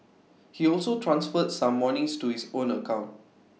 he also transferred some moneys to his own account